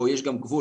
יש גבול,